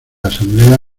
asamblea